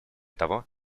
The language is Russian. того